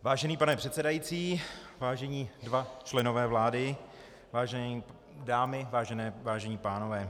Vážený pane předsedající, vážení dva členové vlády, vážené dámy, vážení pánové.